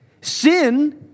Sin